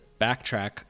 backtrack